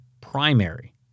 primary